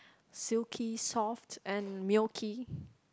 silky soft and milky